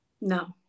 No